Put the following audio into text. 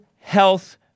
health